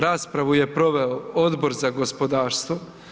Raspravu je proveo Odbor za gospodarstvo.